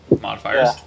modifiers